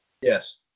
Yes